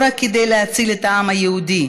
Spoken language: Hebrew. לא רק כדי להציל את העם היהודי,